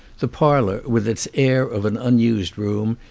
the parlour, with its air of an un used room,